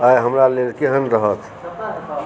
आइ हमरा लेल केहन रहत